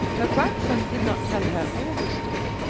her grandson did not tell her all the story,